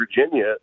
Virginia